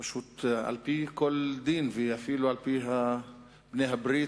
שפשוט על-פי כל דין ואפילו על-פי בעלי הברית